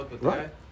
Right